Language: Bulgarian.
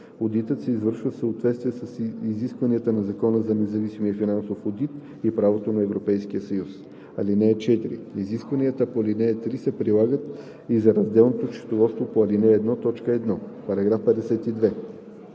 Одитът се извършва в съответствие с изискванията на Закона за независимия финансов одит и правото на Европейския съюз. (4) Изискванията по ал. 3 се прилагат и за разделното счетоводство по ал. 1, т.